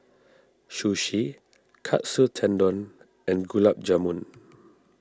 Sushi Katsu Tendon and Gulab Jamun